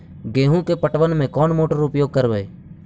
गेंहू के पटवन में कौन मोटर उपयोग करवय?